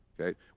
okay